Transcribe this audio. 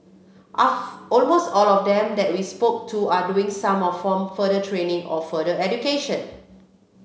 almost all of them that we spoke to are doing some of form further training or further education